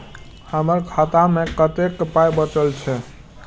हमर खाता मे कतैक पाय बचल छै